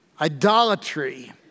Idolatry